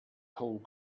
whole